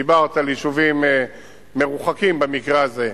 דיברת על יישובים מרוחקים במקרה הזה,